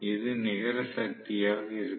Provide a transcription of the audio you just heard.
இது நிகர சக்தியாக இருக்கும்